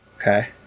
Okay